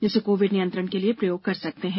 जिसे कोविड नियंत्रण के लिए प्रयोग कर सकते हैं